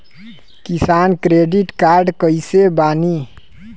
किसान credit card कइसे बानी?